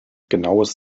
genaues